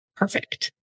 perfect